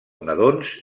nadons